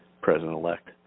president-elect